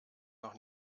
noch